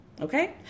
okay